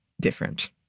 different